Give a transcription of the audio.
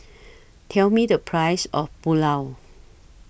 Tell Me The Price of Pulao